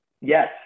Yes